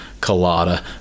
colada